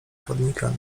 chodnikami